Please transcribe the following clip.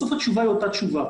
בסוף התשובה היא אותה תשובה.